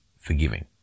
Forgiving